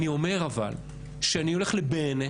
אבל אני אומר שאני הולך לבועיינה,